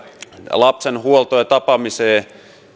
lapsen huoltoon ja tapaamiseen